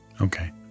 Okay